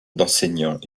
d’enseignants